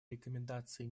рекомендаций